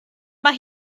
mae